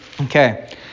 Okay